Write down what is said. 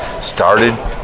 started